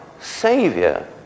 Savior